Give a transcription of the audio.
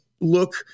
look